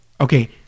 Okay